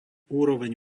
úroveň